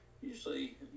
usually